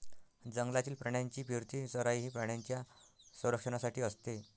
जंगलातील प्राण्यांची फिरती चराई ही प्राण्यांच्या संरक्षणासाठी असते